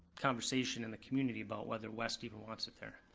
conversation in the community about whether west even wants it there.